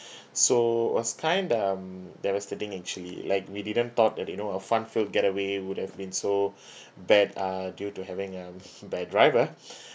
so it was kind um devastating actually like we didn't thought that you know a fun-filled getaway would have been so bad uh due to having um bad driver